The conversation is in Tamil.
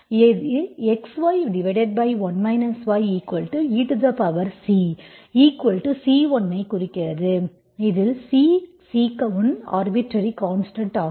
இது xy1 yeCC1 ஐ குறிக்கிறது இதில் C C1 ஆர்பிட்டர்ரி கான்ஸ்டன்ட் ஆகும்